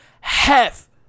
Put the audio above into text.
half